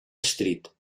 street